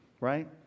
right